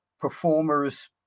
performers